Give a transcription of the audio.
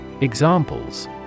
Examples